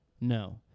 No